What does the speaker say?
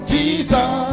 Jesus